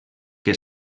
que